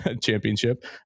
championship